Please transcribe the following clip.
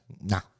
Nah